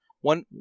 one